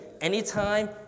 Anytime